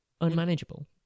unmanageable